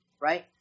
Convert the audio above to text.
right